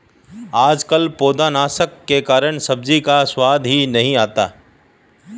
आजकल पौधनाशक के कारण सब्जी का स्वाद ही नहीं आता है